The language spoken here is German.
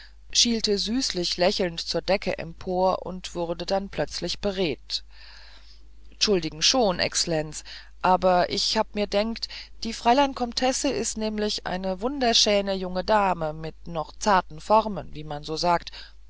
schielte süßlich lächelnd zur decke empor und wurde dann plötzlich beredt tschuldigen schon exlenz aber ich hab ich mir gedenkt die freilein komtesse is nämlich eine wunderschäne junge dame mit noch zarten formen wie man so sagt